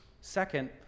Second